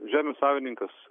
žemių savininkas